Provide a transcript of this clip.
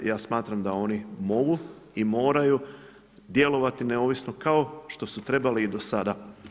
Ja smatram da oni mogu i moraju djelovati neovisno kao što su trebali i do sada.